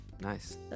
nice